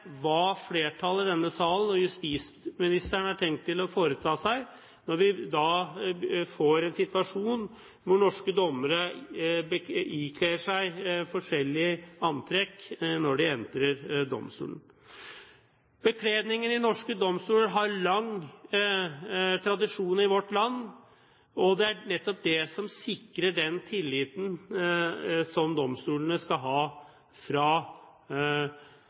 hva flertallet i denne salen og justisministeren har tenkt å foreta seg, for vi får da en situasjon hvor norske dommere ikler seg forskjellig antrekk når de entrer domstolene. Bekledningen i norske domstoler har lang tradisjon i vårt land, og det er nettopp det som sikrer den tilliten som domstolene skal ha fra